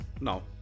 no